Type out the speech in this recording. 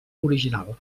original